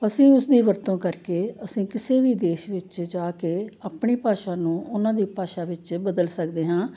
ਅਸੀਂ ਉਸ ਦੀ ਵਰਤੋਂ ਕਰਕੇ ਅਸੀਂ ਕਿਸੇ ਵੀ ਦੇਸ਼ ਵਿੱਚ ਜਾ ਕੇ ਆਪਣੀ ਭਾਸ਼ਾ ਨੂੰ ਉਹਨਾਂ ਦੀ ਭਾਸ਼ਾ ਵਿੱਚ ਬਦਲ ਸਕਦੇ ਹਾਂ